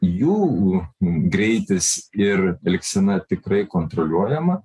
jų greitis ir elgsena tikrai kontroliuojama